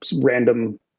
random